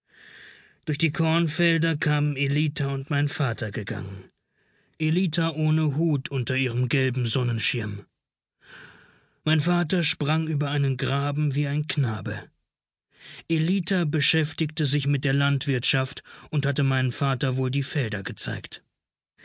durch die kornfelder kamen ellita und mein vater gegangen ellita ohne hut unter ihrem gelben sonnenschirm mein vater sprang über einen graben wie ein knabe ellita beschäftigte sich mit der landwirtschaft und hatte meinem vater wohl die felder gezeigt